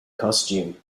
costume